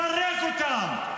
לפרק אותם,